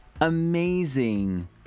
amazing